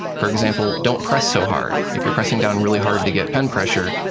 for example, don't press so hard. if you're pressing down really hard to get pen pressure,